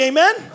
Amen